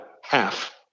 half